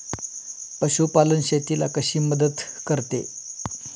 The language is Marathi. पशुपालन शेतीला कशी मदत करते?